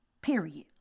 period